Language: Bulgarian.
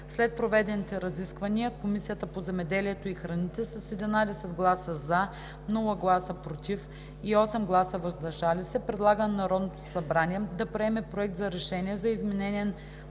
След проведените разисквания Комисията по земеделието и храните с 11 гласа „за“, без „против“ и 8 гласа „въздържал се“ предлага на Народното събрание да приеме Проект на решение за изменение на